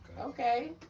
Okay